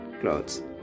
clothes